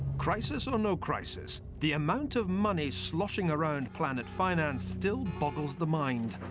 crisis or no crisis, the amount of money sloshing around planet finance still boggles the mind.